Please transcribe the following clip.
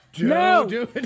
No